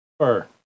Sure